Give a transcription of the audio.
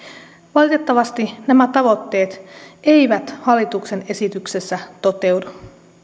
valitettavasti nämä tavoitteet eivät hallituksen esityksessä toteudu